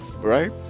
right